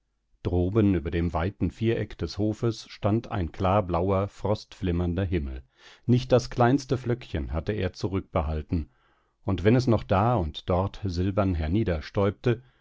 droben über dem weiten viereck des hofes stand ein klarblauer frostflimmernder himmel nicht das kleinste flöckchen hatte er zurückbehalten und wenn es noch da und dort silbern